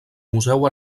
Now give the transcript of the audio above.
museu